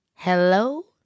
Hello